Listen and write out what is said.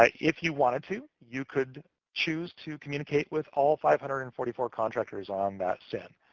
ah if you wanted to, you could choose to communicate with all five hundred and forty four contractors on that sin.